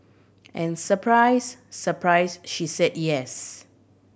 and surprise surprise she said yes